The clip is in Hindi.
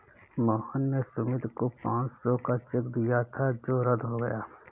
मोहन ने सुमित को पाँच सौ का चेक दिया था जो रद्द हो गया